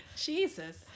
Jesus